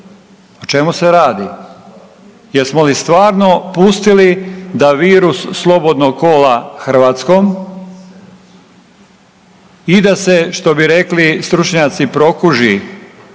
O čemu se radi? Jesmo li stvarno pustili da virus slobodno kola Hrvatskom i da se što bi rekli stručnjaci prokuži